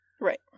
Right